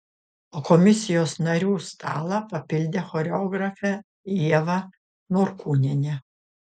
o komisijos narių stalą papildė choreografė ieva norkūnienė